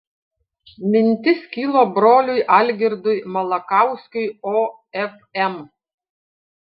mintis kilo broliui algirdui malakauskiui ofm